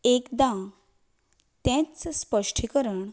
पूण एकदां तेंच स्पश्टीकरण